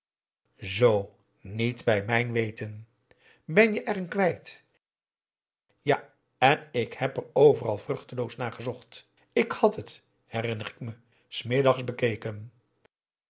zoo niet bij mijn weten ben je er een kwijt ja en ik heb er overal vruchteloos naar gezocht ik had het herinner ik me s middags bekeken